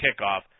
kickoff